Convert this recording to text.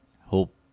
Hope